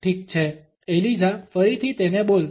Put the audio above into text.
ઠીક છે એલિઝા ફરીથી તેને બોલ